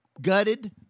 gutted